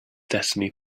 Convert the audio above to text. destiny